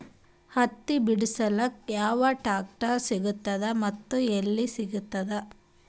ಹತ್ತಿ ಬಿಡಸಕ್ ಯಾವ ಟ್ರಾಕ್ಟರ್ ಸಿಗತದ ಮತ್ತು ಎಲ್ಲಿ ಸಿಗತದ?